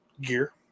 gear